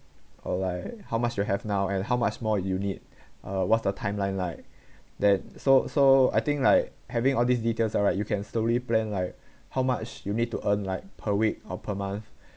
or like how much you have now and how much more you need uh what's the timeline like that so so I think like having all these details are right you can slowly plan like how much you need to earn like per week or per month